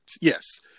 Yes